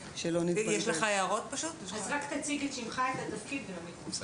שנמצאת היום בתקנות.